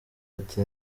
ati